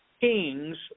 kings